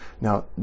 now